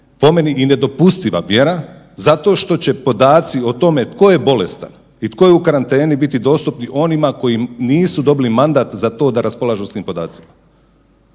po meni i nedopustiva mjera zato što će podaci o tome tko je bolestan i tko je u karanteni biti dostupni onima koji nisu dobili mandat za to da raspolažu s tim podacima.